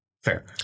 Fair